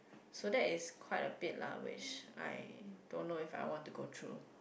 so that is quite a bit lah which I don't know if I want to go through